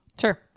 Sure